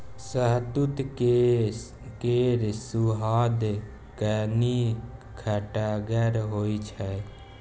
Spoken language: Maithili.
शहतुत केर सुआद कनी खटगर होइ छै